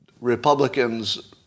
Republicans